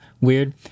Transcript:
weird